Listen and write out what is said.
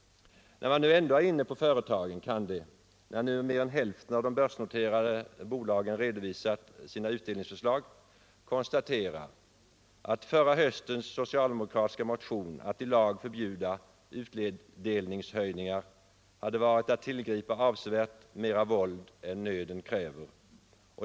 När jag ändå är inne på företagen kan jag, sedan nu mer än hälften av de börsnoterade företagen redovisat sina utdelningsförslag, konstatera att ett bifall till förra höstens socialdemokratiska motion om att i lag förbjuda utdelningshöjningar hade varit att tillgripa avsevärl mera våld än nöden kräver.